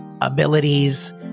abilities